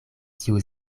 tiu